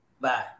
bye